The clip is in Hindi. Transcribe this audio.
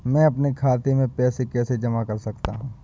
मैं अपने खाते में पैसे कैसे जमा कर सकता हूँ?